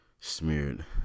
smeared